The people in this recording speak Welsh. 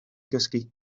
gysgu